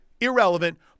Irrelevant